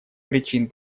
причин